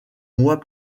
mois